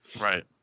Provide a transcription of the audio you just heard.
Right